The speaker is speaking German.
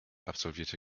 absolvierte